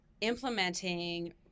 implementing